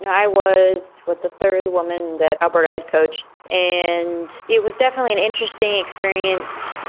and i was with the third woman that alberto had coached, and it was definitely an interesting experience.